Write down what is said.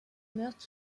meurent